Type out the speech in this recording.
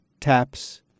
taps